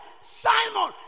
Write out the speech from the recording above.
Simon